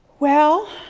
well,